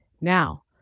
Now